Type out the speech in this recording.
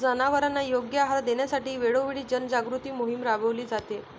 जनावरांना योग्य आहार देण्यासाठी वेळोवेळी जनजागृती मोहीम राबविली जाते